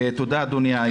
תודה, אדוני היושב-ראש.